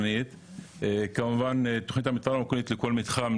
אני צריך להגיד משהו לזכותו,